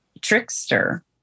trickster